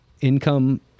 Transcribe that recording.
income